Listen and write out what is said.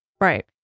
Right